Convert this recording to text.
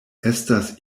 estas